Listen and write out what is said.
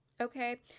okay